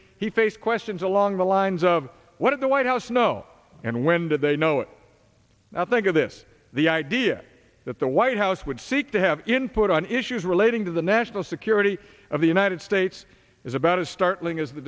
he faced questions along the lines of what did the white house know and when did they know it now think of this the idea that the white house would seek to have input on issues relating to the national security of the united states is about as startling as the